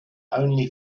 only